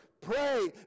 Pray